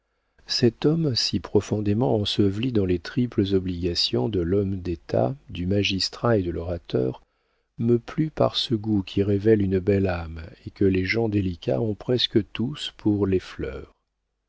cet homme si profondément enseveli dans les triples obligations de l'homme d'état du magistrat et de l'orateur me plut par ce goût qui révèle une belle âme et que les gens délicats ont presque tous pour les fleurs